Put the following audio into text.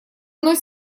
мной